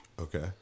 Okay